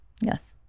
Yes